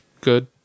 good